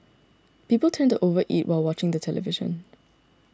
people tend to over eat while watching the television